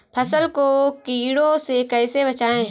फसल को कीड़ों से कैसे बचाएँ?